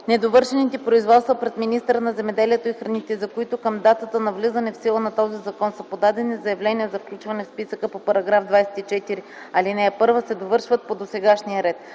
Недовършените производства пред министъра на земеделието и храните, за които към датата на влизане в сила на този закон са подадени заявления за включване в списъка по § 24, ал. 1, се довършват по досегашния ред.